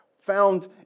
found